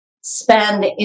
spend